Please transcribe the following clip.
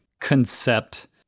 concept